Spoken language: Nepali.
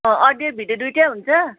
अँ अडियो भिडियो दुइटै हुन्छ